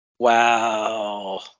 Wow